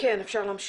אפשר להמשיך.